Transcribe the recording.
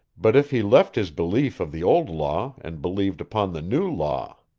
but if he left his belief of the old law and believed upon the new law.